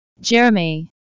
Jeremy